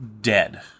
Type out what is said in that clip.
dead